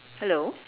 hello